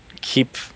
keep